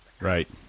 Right